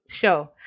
show